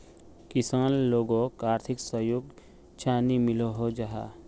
किसान लोगोक आर्थिक सहयोग चाँ नी मिलोहो जाहा?